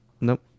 Nope